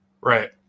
Right